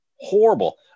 Horrible